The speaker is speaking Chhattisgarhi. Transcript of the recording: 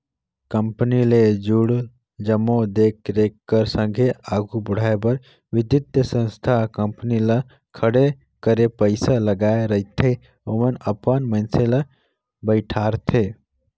कंपनी ले जुड़ल जम्मो देख रेख कर संघे आघु बढ़ाए बर बित्तीय संस्था कंपनी ल खड़े करे पइसा लगाए रहिथे ओमन अपन मइनसे ल बइठारथे